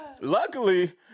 Luckily